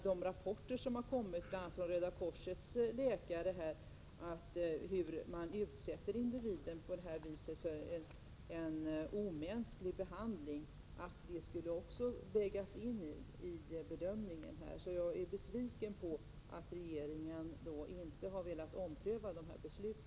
De rapporter som har kommit, bl.a. från Röda korsets läkare, om hur individer på detta sätt utsätts för en omänsklig behandling borde också vägas in i bedömningen. Jag är besviken över att regeringen inte har velat ompröva dessa beslut.